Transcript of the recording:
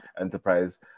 enterprise